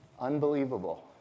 unbelievable